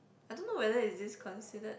I don't know whether is this considered